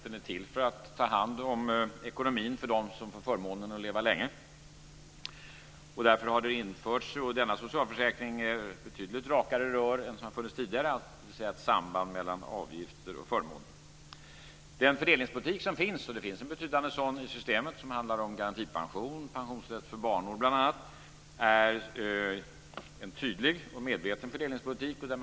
Den är till för att ta hand om ekonomin för dem som får förmånen att leva länge. Det har i denna socialförsäkring införts betydligt rakare rör än de som har funnits tidigare, dvs. ett samband mellan avgifter och förmåner. Den fördelningspolitik som finns är tydlig och medveten, och det finns en betydande sådan i systemet som handlar bl.a. om garantipension och pensionsrätt för barnår.